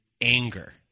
anger